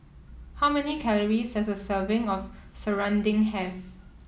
how many calories does a serving of Serunding have